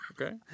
Okay